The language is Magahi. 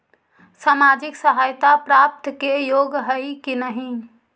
सामाजिक सहायता प्राप्त के योग्य हई कि नहीं?